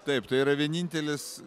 taip tai yra vienintelis